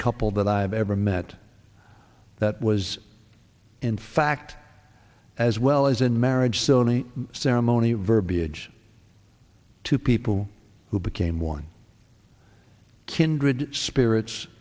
couple that i've ever met that was in fact as well as in marriage soni ceremony verbiage to people who became one kindred spirits